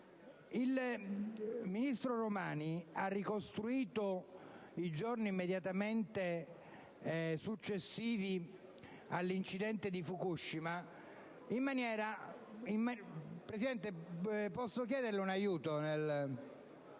Il ministro Romani ha ricostruito i giorni immediatamente successivi all'incidente di Fukushima. *(Brusìo).* Presidente, posso chiederle un aiuto?